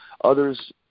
others